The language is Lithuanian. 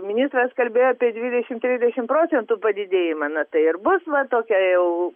ministras kalbėjo apie dvidešim trisdešim procentų padidėjimą na tai ir bus va tokia jau